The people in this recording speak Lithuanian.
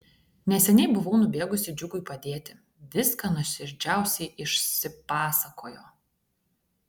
neseniai buvau nubėgusi džiugui padėti viską nuoširdžiausiai išsipasakojo